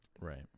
right